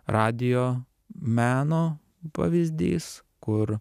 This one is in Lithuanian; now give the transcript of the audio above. radijo meno pavyzdys kur